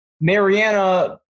Mariana